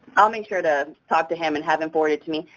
i'll make sure to talk to him and have him forwarded to me,